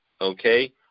okay